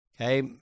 Okay